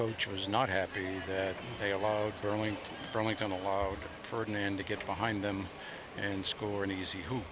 coach was not happy that they allowed burlington burlington allowed ferdinand to get behind them and score an easy who